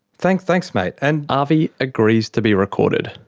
thanks thanks mate. and avi agrees to be recorded.